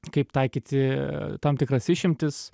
kaip taikyti tam tikras išimtis